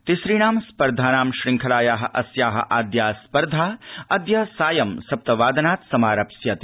तिसुणा स्पर्धाना शुङ्खलायाः अस्याः आद्या स्पर्धा अद्य सायं सप्त वादनात् समारप्स्यते